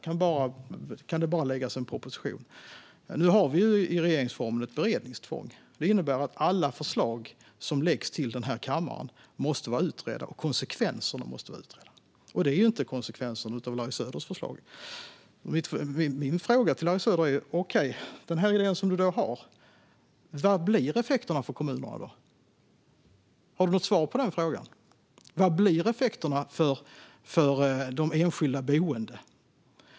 Det kan bara läggas fram en proposition. Nu har vi ett beredningstvång i regeringsformen. Det innebär att alla förslag som läggs fram till den här kammaren måste vara utredda, och konsekvenserna måste vara utredda. Det är inte konsekvensen av Larry Söders förslag. Min fråga till Larry Söder blir: Vilka blir effekterna för kommunerna med den idé som du har? Har du något svar på den frågan? Vilka blir effekterna för de enskilda boende?